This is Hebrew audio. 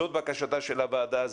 זאת בקשתה של הוועדה,